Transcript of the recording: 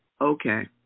Okay